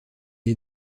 est